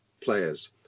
players